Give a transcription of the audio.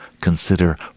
consider